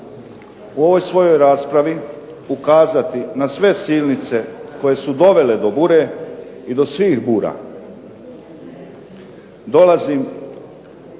u ovoj svojoj raspravi ukazati na sve silnice koje su dovele do bure i do svih bura.